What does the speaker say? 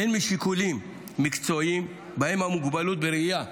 הן משיקולים מקצועיים, ובהם המוגבלות בראייה,